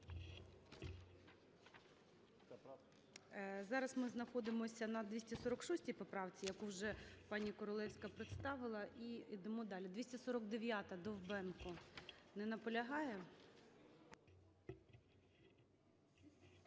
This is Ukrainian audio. Зараз ми знаходимося на 246 поправці, яку вже пані Королевська представила, і йдемо далі. 249-а, Довбенко. Не наполягає.